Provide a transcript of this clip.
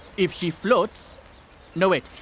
if she floats no, wait,